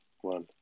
One